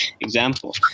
example